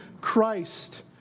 Christ